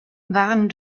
waren